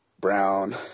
Brown